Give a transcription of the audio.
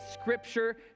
scripture